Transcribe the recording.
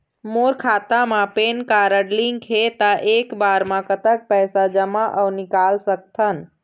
मोर खाता मा PAN card link हे ता एक बार मा कतक पैसा जमा अऊ निकाल सकथन?